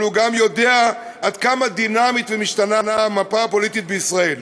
אבל הוא גם יודע עד כמה דינמית ומשתנה המפה הפוליטית בישראל.